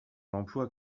l’emploi